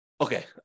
Okay